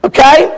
Okay